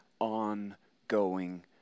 ongoing